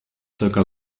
zirka